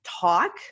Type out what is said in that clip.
talk